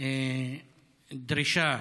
דרישה